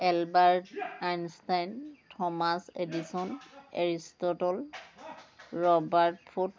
Albert Einstein Thomas Edison Aristotle Robert food